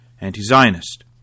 anti-Zionist